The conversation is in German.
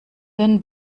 den